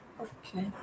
okay